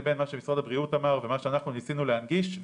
לבין מה שמשרד הבריאות אמר ומה שאנחנו ניסינו להנגיש.